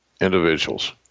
individuals